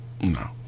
No